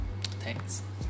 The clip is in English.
thanks